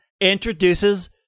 Introduces